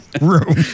room